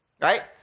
right